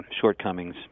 shortcomings